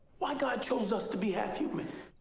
why god chose us to be half human?